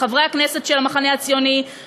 לחברי הכנסת של המחנה הציוני,